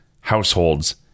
households